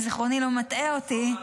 אם זיכרוני לא מטעה אותי.